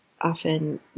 often